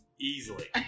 Easily